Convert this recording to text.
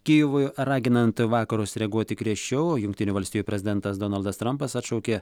kijevui raginant vakarus reaguoti griežčiau jungtinių valstijų prezidentas donaldas trumpas atšaukė